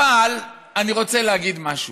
אני רוצה להגיד משהו.